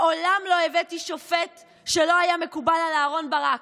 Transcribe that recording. מעולם לא הבאתי שופט שלא היה מקובל על אהרן ברק.